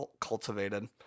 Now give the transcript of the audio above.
cultivated